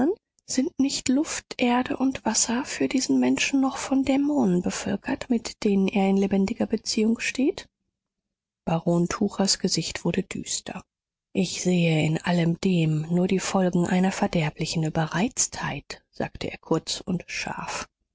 sind nicht luft erde und wasser für diesen menschen noch von dämonen bevölkert mit denen er in lebendiger beziehung steht baron tuchers gesicht wurde düster ich sehe in allem dem nur die folgen einer verderblichen überreiztheit sagte er kurz und scharf